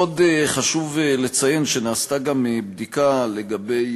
עוד חשוב לציין שנעשתה גם בדיקה לגבי